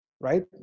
right